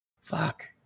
Fuck